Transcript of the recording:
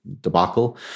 debacle